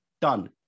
done